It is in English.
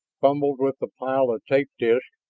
fumbled with the pile of tape disks,